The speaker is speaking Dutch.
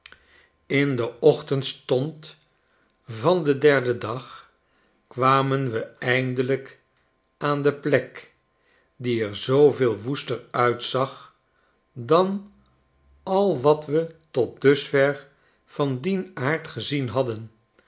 in den ochtendstond van den derden dag kwamen we eindelijk aan de plek die er zooveel woester uitzag dan al wat we tot dusver van dien aard gezien hadden